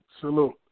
Salute